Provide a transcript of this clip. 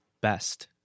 best